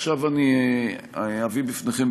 עכשיו אני אביא בפניכם,